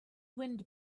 wind